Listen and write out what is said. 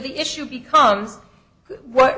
the issue becomes well